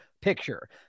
picture